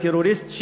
הטרוריסט,